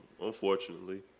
Unfortunately